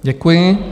Děkuji.